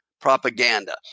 propaganda